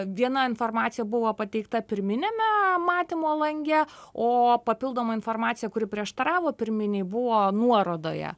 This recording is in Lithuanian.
viena informacija buvo pateikta pirminiame matymo lange o papildoma informacija kuri prieštaravo pirminei buvo nuorodoje